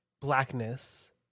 blackness